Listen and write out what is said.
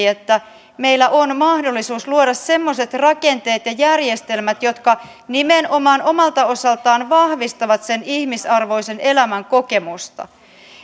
että meillä on mahdollisuus luoda semmoiset rakenteet ja järjestelmät jotka nimenomaan omalta osaltaan vahvistavat sen ihmisarvoisen elämän kokemusta